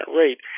rate